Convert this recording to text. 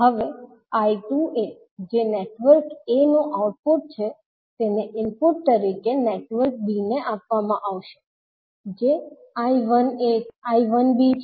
હવે I2a જે network a નું આઉટપુટ છે તેને ઇનપુટ તરીકે નેટવર્ક b ને આપવામાં આવશે જે I1b છે